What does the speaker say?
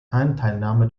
anteilnahme